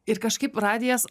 ir kažkaip radijas